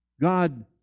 God